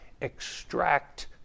extract